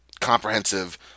comprehensive